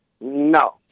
No